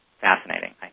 fascinating